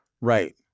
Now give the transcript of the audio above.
Right